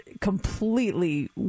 completely